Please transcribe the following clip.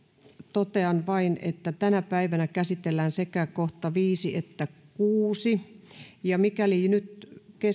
totean että tänä päivänä käsitellään sekä kohdat viisi että kuusi ja mikäli nyt